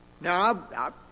now